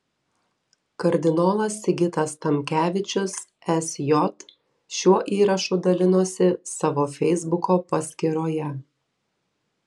kardinolas sigitas tamkevičius sj šiuo įrašu dalinosi savo feisbuko paskyroje